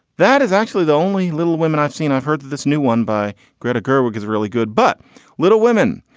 that is actually the only little women i've seen. i've heard that this new one by greta gerwig is really good. but little women.